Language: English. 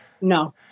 no